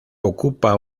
ocupa